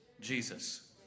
Jesus